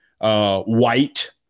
White